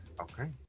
okay